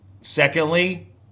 Secondly